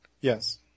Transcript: Yes